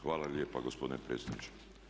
Hvala lijepo gospodine predsjedniče.